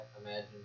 imagine